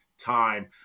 time